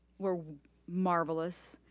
were marvelous.